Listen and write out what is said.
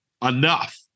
enough